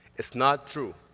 it's not true.